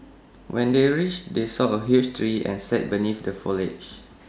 when they reached they saw A huge tree and sat beneath the foliage